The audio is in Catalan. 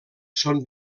són